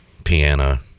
piano